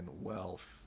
wealth